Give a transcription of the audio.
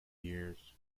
years